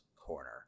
corner